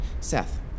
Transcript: Seth